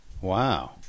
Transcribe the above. Wow